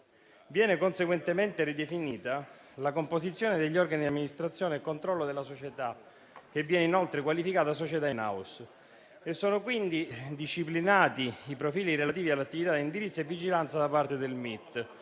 Viene conseguentemente ridefinita la composizione degli organi di amministrazione e controllo della società, che viene inoltre qualificata come *in house*. Sono quindi disciplinati i profili relativi all'attività di indirizzo e vigilanza da parte del MIT,